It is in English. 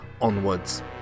onwards